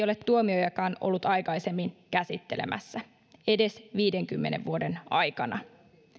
ole tuomiojakaan ollut aikaisemmin käsittelemässä edes viidenkymmenen vuoden aikana